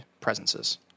presences